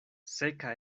seka